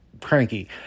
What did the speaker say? cranky